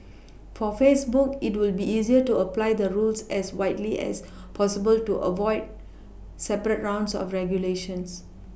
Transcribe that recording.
for Facebook it will be easier to apply the rules as widely as possible to avoid separate rounds of regulation